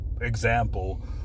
example